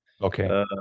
Okay